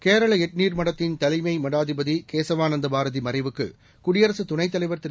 கேரள எட்னீர் மடத்தின் தலைமை மடாதிபதி கேசவானந்த பாரதி மறைவுக்கு குடியரசு துணை தலைவர் திரு